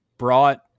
brought